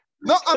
No